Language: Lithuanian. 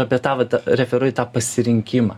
apie tą vat referuoju į tą pasirinkimą